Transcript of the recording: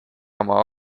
oma